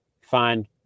find